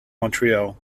montreal